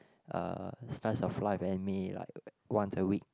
uh Slice of Life anime like once a week